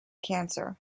cancer